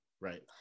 Right